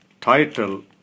title